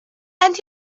and